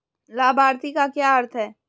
लाभार्थी का क्या अर्थ है?